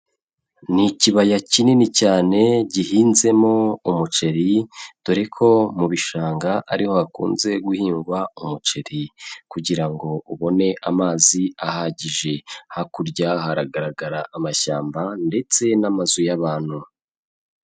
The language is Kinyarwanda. Ni ikibaya kinini cyane gihinzemo umuceri, dore ko mu bishanga ari ho hakunze guhingwa umuceri kugira ngo ubone amazi ahagije, hakurya haragaragara amashyamba ndetse n'amazu y'abantu.